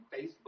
facebook